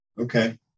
okay